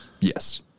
yes